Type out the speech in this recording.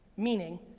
meaning,